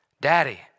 Daddy